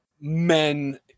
men